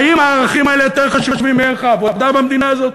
האם הערכים האלה יותר חשובים מערך העבודה במדינה הזאת?